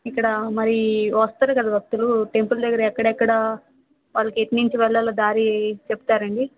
ఇక్కడా మరీ వస్తరు కదా భక్తులు టెంపుల్ దగ్గర ఎక్కడెక్కడ వాళ్ళకి ఎటునుంచి వెళ్ళాలో దారి చెప్తారా అండి